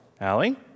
Allie